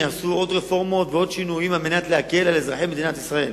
יעשו עוד רפורמות ועוד שינויים על מנת להקל על אזרחי ישראל.